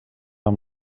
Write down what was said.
amb